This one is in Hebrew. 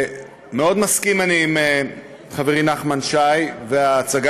מסכים מאוד אני עם חברי נחמן שי וההצגה